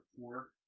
four